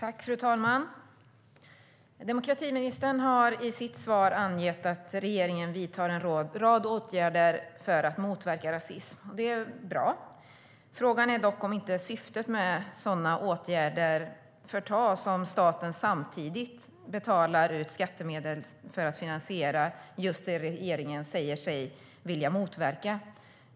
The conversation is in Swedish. Fru talman! Demokratiministern har i sitt svar angett att regeringen vidtar en rad åtgärder för att motverka rasism. Det är bra. Frågan är dock om inte syftet med sådana åtgärder förtas om staten samtidigt betalar ut skattemedel för att finansiera just det regeringen säger sig vilja motverka.